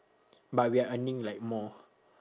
but we are earning like more